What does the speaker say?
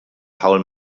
paul